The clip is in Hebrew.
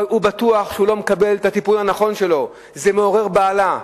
החולה בטוח שהוא לא מקבל את הטיפול הנכון וזה מעורר בהלה,